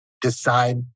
decide